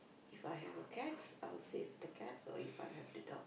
If I have a cats I would save the cats or If I have the dog